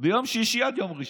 ביום שישי עד יום ראשון,